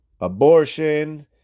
abortion